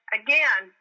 again